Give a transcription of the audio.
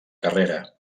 carrera